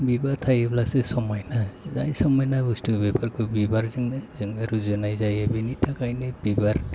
बिबार थायोब्लासो समायना जाय समायना बुस्तु बेफोरखौ बिबारजोंनो जों रुजुनाय जायो बेनि थाखायनो बिबार